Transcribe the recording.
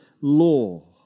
law